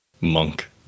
monk